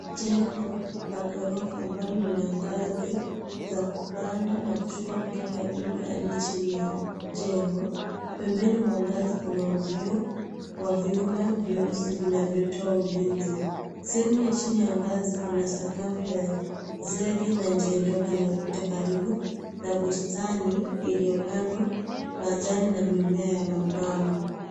Jengo wa ghorofa ambayo ina ngazi ya kupanda na kushuka kutoka juu hadi chini ya jengo. Pembeni mwa ngazi kuna vioo vya vyuma vyeusi vinavyotoa ulinzi. Sehemu ya chini ya ngazi kuna sakafu ya zege na njia ndogo inayopita karibu na bustani iliyopandwa maua na mimea ya mapambo.